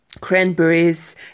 cranberries